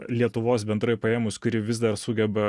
lietuvos bendrai paėmus kuri vis dar sugeba